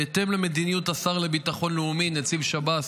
בהתאם למדיניות השר לביטחון לאומי, נציג שב"ס